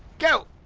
go!